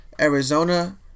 Arizona